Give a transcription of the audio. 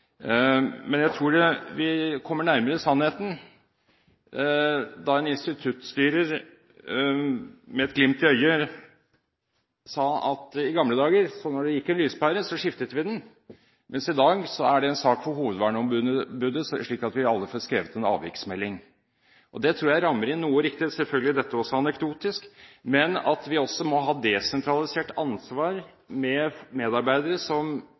Men jeg tror vi kommer nærmere sannheten via en instituttstyrer, som med et glimt i øyet sa at når det i gamledager gikk en lyspære, skiftet vi den, mens i dag er det en sak for hovedverneombudet, slik at vi alle får skrevet en avviksmelding. Det tror jeg rammer inn noe riktig. Selvfølgelig er dette også anekdotisk, men vi må også ha desentralisert ansvar med medarbeidere som